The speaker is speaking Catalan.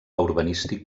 urbanístic